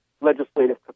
legislative